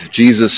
Jesus